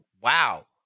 Wow